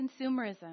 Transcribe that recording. consumerism